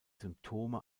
symptome